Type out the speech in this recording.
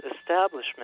establishment